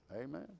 Amen